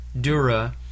Dura